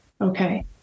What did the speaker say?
Okay